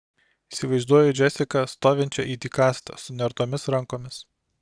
įsivaizduoju džesiką stovinčią it įkastą sunertomis rankomis